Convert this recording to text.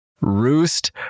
Roost